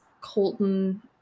Colton